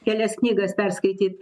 kelias knygas perskaityt